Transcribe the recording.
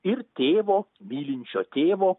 ir tėvo mylinčio tėvo